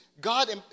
God